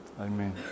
Amen